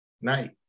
night